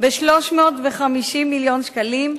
ב-350 מיליון שקלים,